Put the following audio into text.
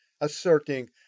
asserting